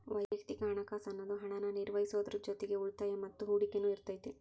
ವಯಕ್ತಿಕ ಹಣಕಾಸ್ ಅನ್ನುದು ಹಣನ ನಿರ್ವಹಿಸೋದ್ರ್ ಜೊತಿಗಿ ಉಳಿತಾಯ ಮತ್ತ ಹೂಡಕಿನು ಇರತೈತಿ